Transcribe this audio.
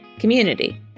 Community